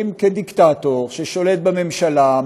כי אם כדיקטטור ששולט בממשלה,